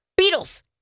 Beatles